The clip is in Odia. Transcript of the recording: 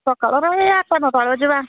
ସକାଳର ଏଇ ଆଠଟା ନଅଟା ବେଳେ ଯିବା